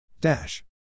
Dash